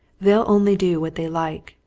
they'll only do what they like.